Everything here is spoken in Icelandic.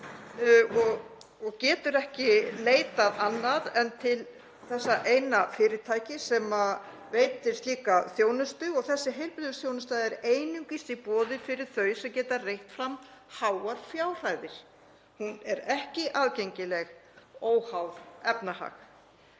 og getur ekki leitað annað en til þessa eina fyrirtækis sem veitir slíka þjónustu og þessi heilbrigðisþjónusta er einungis í boði fyrir þau sem geta reitt fram háar fjárhæðir. Hún er ekki aðgengileg óháð efnahag.